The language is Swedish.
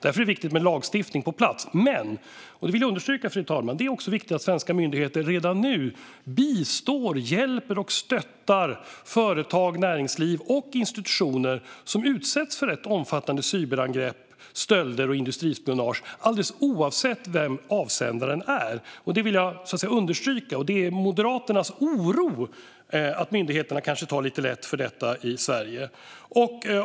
Därför är det viktigt med en lagstiftning på plats. Men jag vill understryka att det också är viktigt att svenska myndigheter redan nu bistår, hjälper och stöttar företag, näringsliv och institutioner som utsätts för rätt omfattande cyberangrepp, stölder och industrispionage alldeles oavsett vem avsändaren är. Det vill jag alltså understryka. Det är Moderaternas oro att myndigheterna kanske tar lite för lätt på detta i Sverige. Fru talman!